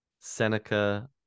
Seneca